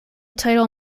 title